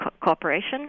cooperation